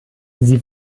sie